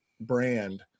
brand